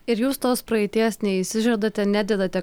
ir jūs tos praeities neišsižadate nededate